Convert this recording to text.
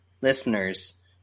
listeners